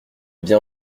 bien